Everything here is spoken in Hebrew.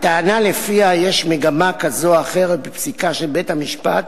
הטענה שלפיה יש מגמה כזאת או אחרת בפסיקה של בית-המשפט,